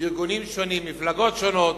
בארגונים שונים, מפלגות שונות.